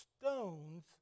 stones